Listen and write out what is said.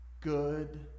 good